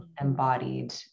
embodied